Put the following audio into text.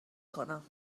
کنم